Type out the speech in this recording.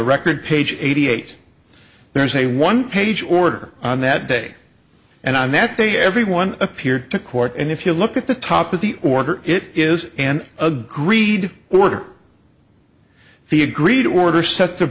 record page eighty eight there is a one page order on that day and i'm that day everyone appeared to court and if you look at the top of the order it is an agreed were the agreed order set